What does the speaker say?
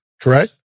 Correct